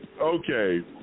Okay